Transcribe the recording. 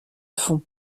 fond